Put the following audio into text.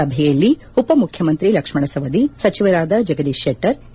ಸಭೆಯಲ್ಲಿ ಉಪ ಮುಖ್ಯಮಂತ್ರಿ ಲಕ್ಷ್ಮಣ ಸವದಿ ಸಚಿವರಾದ ಜಗದೀಶ ಶೆಟ್ಟರ್ ಕೆ